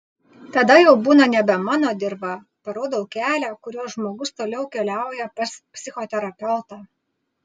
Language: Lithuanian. tada jau būna nebe mano dirva parodau kelią kuriuo žmogus toliau keliauja pas psichoterapeutą